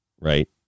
right